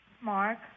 Mark